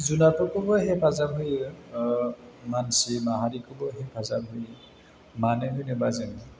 जुनारफोरखौबो हेफाजाब होयो मानसि माहारिखौबो हेफाजाब होयो मानो होनोबा जोङो